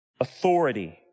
Authority